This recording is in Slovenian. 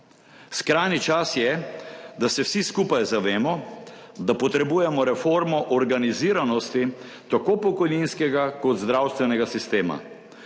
Skrajni čas je, da se vsi skupaj zavemo, da potrebujemo reformo organiziranosti tako pokojninskega kot zdravstvenega sistema.